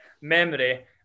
memory